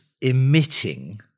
emitting